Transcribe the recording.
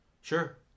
Sure